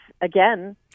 again